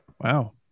wow